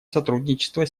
сотрудничество